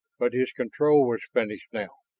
but his control was finished now.